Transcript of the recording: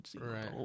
Right